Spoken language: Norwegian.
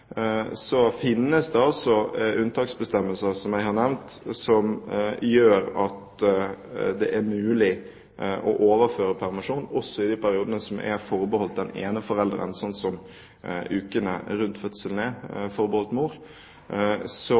Så finnes det altså unntaksbestemmelser, som jeg har nevnt, som gjør at det er mulig å overføre permisjon også i de periodene som er forbeholdt den ene forelderen, sånn som ukene rundt fødselen er forbeholdt mor.